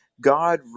God